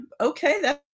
okay